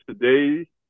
today